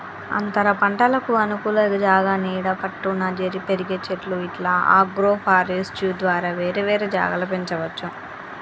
అంతరపంటలకు అనుకూల జాగా నీడ పట్టున పెరిగే చెట్లు ఇట్లా అగ్రోఫారెస్ట్య్ ద్వారా వేరే వేరే జాగల పెంచవచ్చు